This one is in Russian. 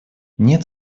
нет